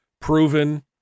proven